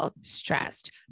stressed